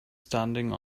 standing